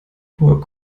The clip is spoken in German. hohe